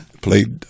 played